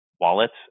wallets